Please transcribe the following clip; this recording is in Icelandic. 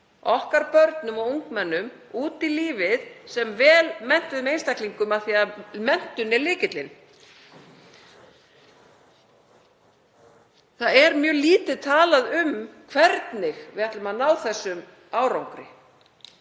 okkar og ungmennum út í lífið sem vel menntuðum einstaklingum af því að menntun er lykillinn. Það er mjög lítið talað um hvernig við ætlum að ná þessum árangri.